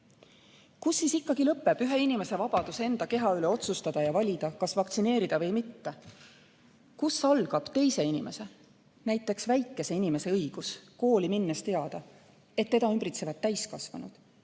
Kus siis ikkagi lõpeb ühe inimese vabadus enda keha üle otsustada ja valida, kas vaktsineerida või mitte? Kus algab teise inimese, näiteks väikese inimese õigus kooli minnes teada, et teda ümbritsevad täiskasvanud,